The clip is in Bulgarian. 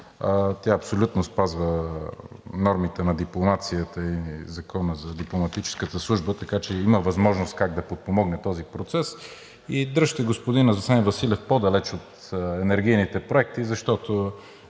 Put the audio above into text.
Тя абсолютно спазва нормите на дипломацията и Закона за дипломатическата служба, така че има възможност как да подпомогне този процес, и дръжте господин Асен Василев по-далече от енергийните проекти, защото